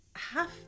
half